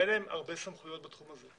אין להם הרבה סמכויות בתחום הזה.